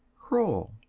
kroll?